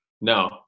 No